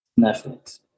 Netflix